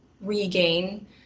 regain